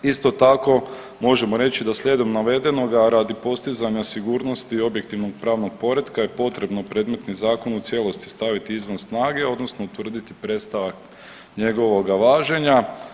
Isto tako možemo reći da slijedom navedenoga, a radi postizanja sigurnosti i objektivnog pravnog poretka je potrebno predmetni zakon u cijelosti staviti izvan snage odnosno utvrditi prestanak njegovoga važenja.